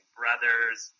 brothers